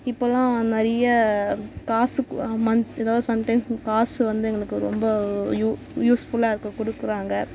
இப்போல்லாம் நிறைய காசு மந்த் ஏதாவது சம்டைம்ஸ் காசு வந்து எங்களுக்கு ரொம்ப யூஸ்ஃபுல்லாக இருக்குது கொடுக்குறாங்க